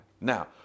Now